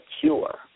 cure